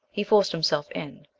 he forced himself in.